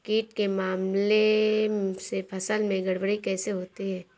कीट के हमले से फसल में गड़बड़ी कैसे होती है?